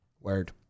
Word